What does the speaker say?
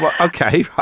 Okay